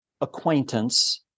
acquaintance